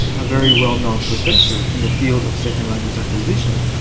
a very well-known professor in the field of second language acquisition,